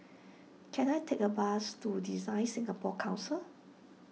can I take a bus to Design Singapore Council